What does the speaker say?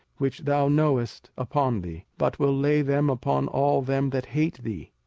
which thou knowest, upon thee but will lay them upon all them that hate thee.